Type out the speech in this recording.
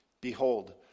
Behold